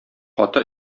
каты